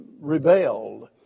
rebelled